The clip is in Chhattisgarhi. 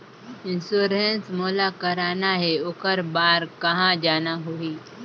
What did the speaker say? इंश्योरेंस मोला कराना हे ओकर बार कहा जाना होही?